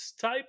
type